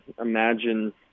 imagine